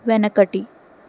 వెనకటి